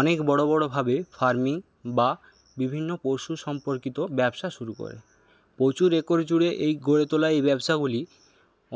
অনেক বড়ো বড়ো ভাবে ফারমিং বা বিভিন্ন পশু সম্পর্কিত ব্যবসা শুরু করে প্রচুর একর জুড়ে এই গড়ে তোলা এই ব্যবসাগুলি